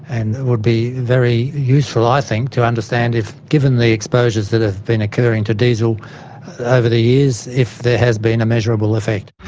and it would be very useful i think to understand if, given the exposures that have ah been occurring to diesel over the years, if there has been a measurable effect.